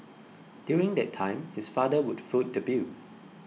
during that time his father would foot the bill